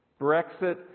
Brexit